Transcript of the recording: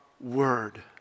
word